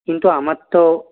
কিন্তু আমার তো